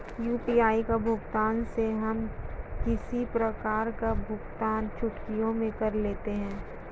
UPI के माध्यम से हम किसी प्रकार का भुगतान चुटकियों में कर लेते हैं